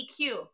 EQ